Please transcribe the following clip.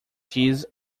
geese